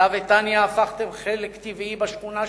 אתה וטניה הפכתם חלק טבעי בשכונה שלנו,